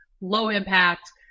low-impact